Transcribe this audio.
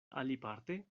aliparte